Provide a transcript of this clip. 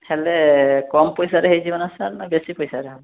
ହେଲେ କମ ପଇସାରେ ହେଇଯିବ ନା ସାର୍ ନା ବେଶି ପଇସାରେ ହେବ